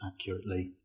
accurately